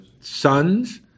sons